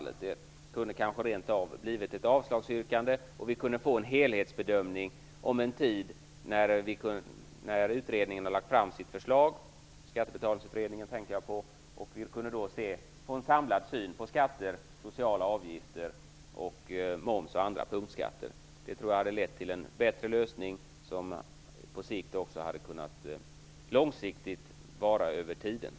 Det kunde kanske rent av ha blivit ett avslagsyrkande, och vi kunde ha fått en helhetsbedömning om någon tid, när Skattebetalningsutredningen har lagt fram sitt förslag. Vi kunde då ha fått en samlad syn på skatter, sociala avgifter, moms och andra punktskatter. Jag tror att det hade lett till en bättre lösning, som också hade kunnat bli långsiktigt varaktig.